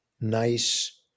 nice